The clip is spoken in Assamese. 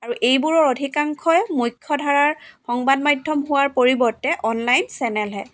আৰু এইবোৰৰ অধিকাংশই মুখ্য ধৰাৰ সংবাদ মাধ্যম হোৱাৰ পৰিৱৰ্তে অনলাইন চেনেলহে